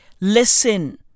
Listen